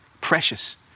precious